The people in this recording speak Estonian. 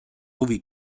huvi